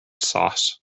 sauce